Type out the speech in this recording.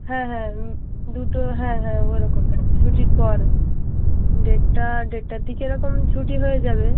হ্যাঁ হ্যাঁ দুটো হ্যাঁ হ্যাঁ ওরকম ছুটির পর দেড়টা দেড়টার দিকে এরকম ছুটি হয়ে যাবে